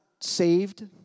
saved